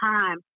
time